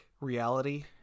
reality